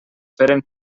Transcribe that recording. feren